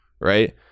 right